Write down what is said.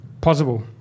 Possible